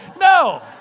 No